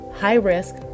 high-risk